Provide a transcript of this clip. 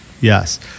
yes